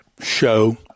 show